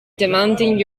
demanding